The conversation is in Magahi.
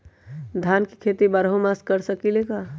धान के खेती बारहों मास कर सकीले का?